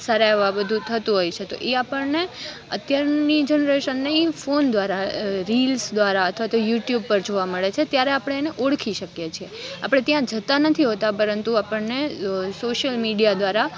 સારા એવા બધું થતું હોય છે તો ઈ આપણને અત્યારની જનરેશનને ઈ ફોન દ્વારા રીલ્સ દ્વારા અથવા તો યુ ટ્યુબ પર જોવા મળે છે ત્યારે આપણે એને ઓળખી શકીએ છીએ આપણે ત્યાં જતાં નથી હોતા પરંતુ આપણને સોશ્યલ મીડિયા દ્વારા